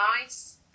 nice